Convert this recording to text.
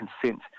consent